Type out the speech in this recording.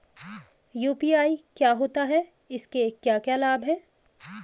UPI क्या होता है इसके क्या क्या लाभ हैं?